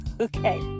Okay